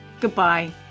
Goodbye